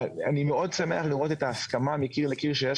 אני מאוד שמח לראות את ההסכמה מקיר לקיר שיש